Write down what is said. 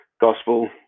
gospel